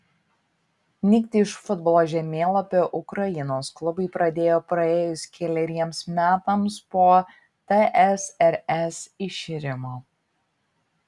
nykti iš futbolo žemėlapio ukrainos klubai pradėjo praėjus keleriems metams po tsrs iširimo